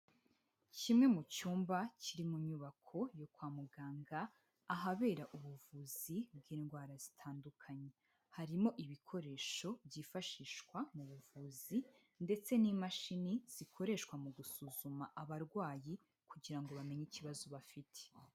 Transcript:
Kimwe mu cyumba kiri mu nyubako yo kwa muganga ahabera ubuvuzi bw'indwara zitandukanye, harimo ibikoresho byifashishwa mu buvuzi ndetse n'imashini zikoreshwa mu gusuzuma abarwayi, kugira ngo bamenye ikibazo bafite.